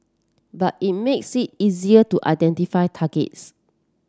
but it makes it easier to identify targets